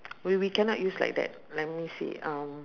we we cannot use like that let me see um